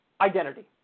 identity